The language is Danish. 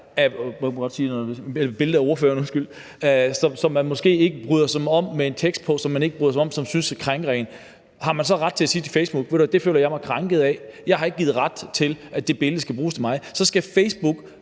som hun måske ikke bryder sig om, og med en tekst, som hun ikke bryder sig om, og som hun synes krænker hende – har man så ret til at sige til Facebook: Det føler jeg mig krænket af – jeg har ikke givet ret til, at det billede af mig skal bruges? Så skal Facebook